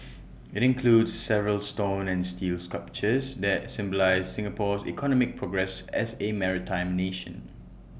IT includes several stone and steel sculptures that symbolise Singapore's economic progress as A maritime nation